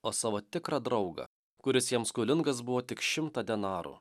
o savo tikrą draugą kuris jam skolingas buvo tik šimtą denarų